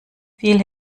viel